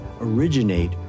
originate